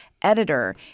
editor